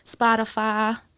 Spotify